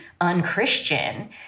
unchristian